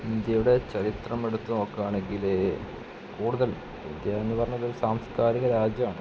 ഇന്ത്യയുടെ ചരിത്രമെടുത്ത് നോക്കാണെങ്കില് കൂടുതൽ ഇന്ത്യ എന്ന് പറയണത് ഒരു സാംസ്കാരിക രാജ്യമാണ്